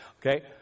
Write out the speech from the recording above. okay